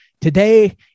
Today